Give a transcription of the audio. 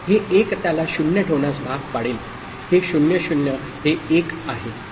हे 1 त्याला 0 ठेवण्यास भाग पाडेल हे 0 0 हे 1 आहे